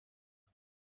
hand